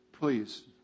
please